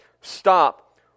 stop